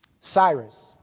Cyrus